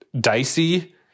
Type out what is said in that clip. dicey